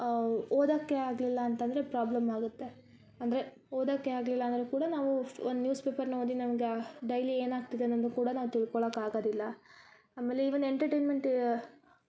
ಓದಾಕೆ ಆಗಲಿಲ್ಲ ಅಂತಂದರೆ ಪ್ರಾಬ್ಲಮ್ಪ ಆಗತ್ತೆ ಅಂದರೆ ಓದಾಕೆ ಆಗಿಲ್ಲ ಅಂದರೆ ನಾವು ಒಂದು ನ್ಯೂಸ್ಪೇಪರ್ ಓದಿ ನಮ್ಗ ಡೈಲಿ ಏನಾಗ್ತಿದೆ ಅನ್ನೋದನ್ನ ನಾವು ತಿಳ್ಕೊಳಾಕೆ ಆಗದಿಲ್ಲ ಆಮೇಲೆ ಈವನ್ ಎಂಟರ್ಟೈನ್ಮೆಂಟ್